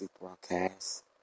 broadcast